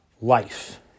life